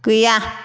गैया